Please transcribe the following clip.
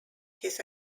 his